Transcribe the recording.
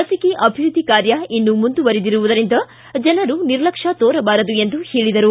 ಲಸಿಕೆ ಅಭಿವೃದ್ದಿ ಕಾರ್ಯ ಇನ್ನೂ ಮುಂದುವರಿದಿರುವುದರಿಂದ ಜನರು ನಿರ್ಲಕ್ಷ್ಯ ತೋರಬಾರದು ಎಂದು ಹೇಳಿದರು